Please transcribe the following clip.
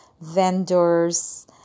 vendors